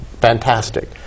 fantastic